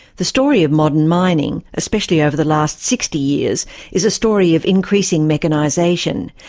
the story of modern mining, especially over the last sixty years is a story of increasing mechanisation,